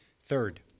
Third